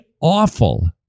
awful